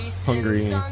Hungry